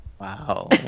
Wow